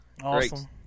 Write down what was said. Awesome